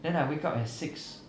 wake up at six